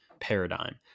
paradigm